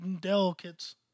Delicates